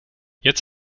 jetzt